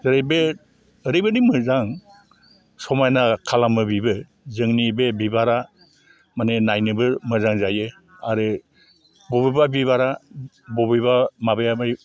जेरै बे ओरैबायदि मोजां समाइना खालामो बेबो जोंनि बे बिबारा माने नायनोबो मोजां जायो आरो बबेबा बिबारा बबेबा माबाया बै